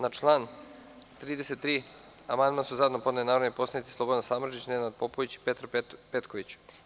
Na član 33. amandman su zajedno podneli narodni poslanici Slobodan Samardžić, dr Nenad Popović i Petar Petković.